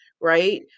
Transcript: right